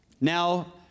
Now